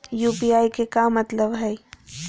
UPI के का मतलब हई?